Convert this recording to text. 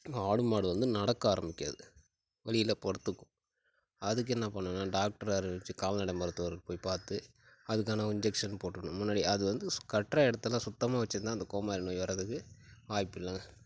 அந்த ஆடு மாடு வந்து நடக்க ஆரம்மிக்காது வலியில படுத்துக்கும் அதுக்கு என்ன பண்ணணும்னா டாக்டர் அறிவிச்சு கால்நடை மருத்துவரை போய் பார்த்து அதுக்கான இன்ஜெக்ஷன் போட்டுருணும் முன்னாடி அது வந்து கட்டுகிற இடத்தலாம் சுத்தமாக வச்சிருந்தால் அந்த கோமாரி நோய் வரதுக்கு வாய்ப்பு இல்லைங்க